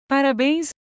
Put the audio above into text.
Parabéns